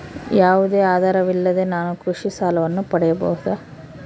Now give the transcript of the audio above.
ಯಾವುದೇ ಆಧಾರವಿಲ್ಲದೆ ನಾನು ಕೃಷಿ ಸಾಲವನ್ನು ಪಡೆಯಬಹುದಾ?